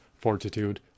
fortitude